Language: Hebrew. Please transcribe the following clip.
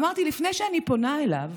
אמרתי שלפני שאני פונה אליו